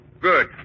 Good